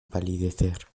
palidecer